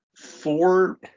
Four